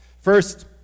First